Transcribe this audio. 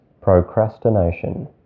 procrastination